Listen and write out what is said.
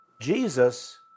Jesus